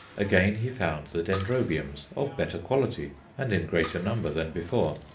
again he found the dendrobiums, of better quality and in greater number than before.